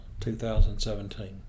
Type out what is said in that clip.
2017